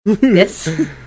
Yes